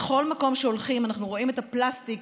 בכל מקום שהולכים אנחנו רואים את הפלסטיק,